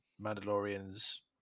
Mandalorian's